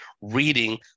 reading